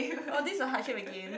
oh this the hardship again